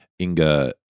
Inga